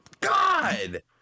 god